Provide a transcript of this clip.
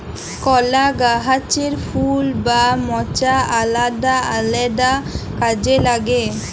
কলা গাহাচের ফুল বা মচা আলেদা আলেদা কাজে লাগে